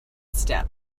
step